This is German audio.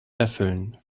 erfüllen